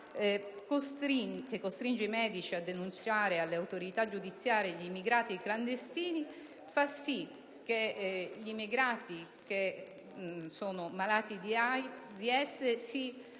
che costringe i medici a denunciare alle autorità giudiziarie gli immigrati clandestini, fa sì che gli immigrati malati di AIDS si